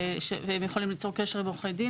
והם יכולים ליצור קשר עם עורכי דין.